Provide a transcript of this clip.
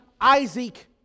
Isaac